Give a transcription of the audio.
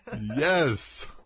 yes